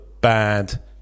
bad